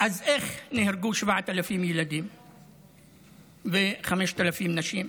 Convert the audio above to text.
אז איך נהרגו 7,000 ילדים ו-5,000 נשים?